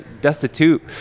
destitute